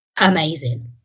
amazing